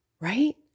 right